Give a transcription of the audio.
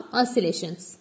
oscillations